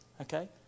Okay